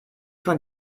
von